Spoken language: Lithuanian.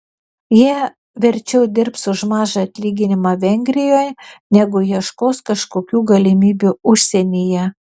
jie verčiau dirbs už mažą atlyginimą vengrijoje negu ieškos kažkokių galimybių užsienyje